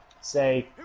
say